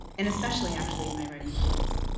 and especially actually in my writing practice.